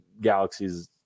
galaxies